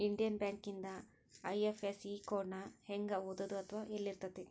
Indian ಬ್ಯಾಂಕಿಂದ IFSC code ನ ಹೆಂಗ ಓದೋದು ಅಥವಾ ಯೆಲ್ಲಿರ್ತೆತಿ?